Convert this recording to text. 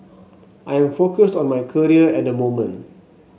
I am focused on my career at the moment